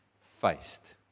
faced